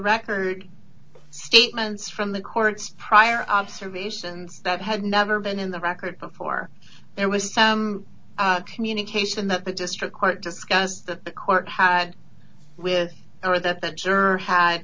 record statements from the court's prior observations that had never been in the record before there was some communication that the district court discussed that the court had with or that the juror had